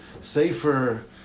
safer